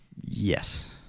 Yes